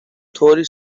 طوری